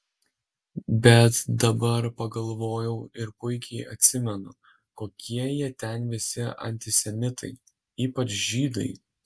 bet dabar pagalvojau ir puikiai atsimenu kokie jie ten visi antisemitai ypač žydai